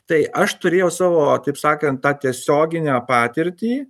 tai aš turėjau savo taip sakant tą tiesioginę patirtį